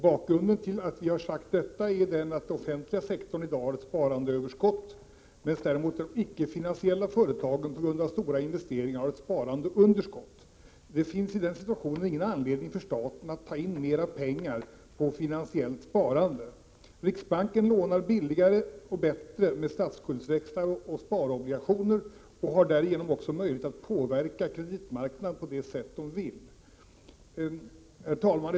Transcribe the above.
Bakgrunden till att vi har sagt detta är att den offentliga sektorn i dag har ett sparandeöverskott, medan däremot de icke-finansiella företagen på grund av stora investeringar har ett sparandeunderskott. Det finns i den situationen ingen anledning för staten att ta in mera pengar på och sparstimulerande åtgärder finansiellt sparande. Riksbanken lånar billigare och bättre genom statsskuldväxlar och sparobligationer och har därigenom också möjlighet att påverka kreditmarknaden på det sätt man vill. Herr talman!